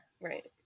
Right